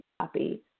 copy